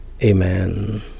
Amen